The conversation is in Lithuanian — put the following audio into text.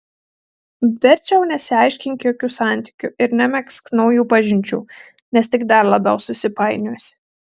verčiau nesiaiškink jokių santykių ir nemegzk naujų pažinčių nes tik dar labiau susipainiosi